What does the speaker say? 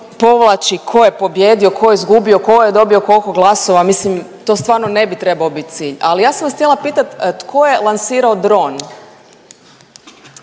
povlači ko je pobijedio, ko je izgubio, ko je dobio koliko glasova, mislim to stvarno ne bi trebao bit cilj, ali ja sam vas htjela pitat tko je lansirao dron,